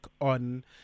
on